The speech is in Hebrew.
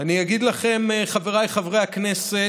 ואני אגיד לכם, חבריי חברי הכנסת,